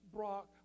Brock